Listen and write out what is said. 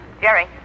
Jerry